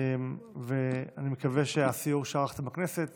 אני מקווה שבסיור שערכתם בכנסת